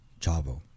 Chavo